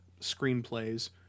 screenplays